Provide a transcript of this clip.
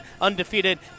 undefeated